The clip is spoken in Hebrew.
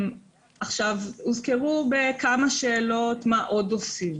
הוזכר בכמה שאלות, מה עוד עושים?